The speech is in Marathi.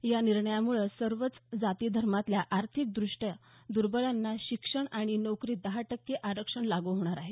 या निर्णयामुळे सर्वच जाती धर्मातल्या आर्थिक दृष्ट्या दर्बलांना शिक्षण आणि नोकरीत दहा टक्के आरक्षण लागू होणार आहे